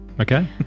Okay